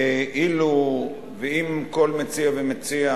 וכל מציע ומציע,